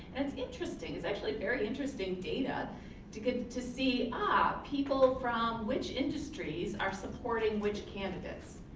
that's interesting, it's actually very interesting data to get to see ah, people from which industries are supporting which candidates.